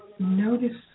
notice